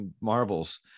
marbles